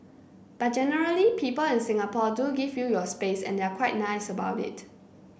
but generally people in Singapore do give you your space and they're quite nice about it